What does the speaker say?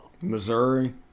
missouri